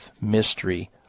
mystery